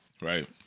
right